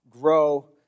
Grow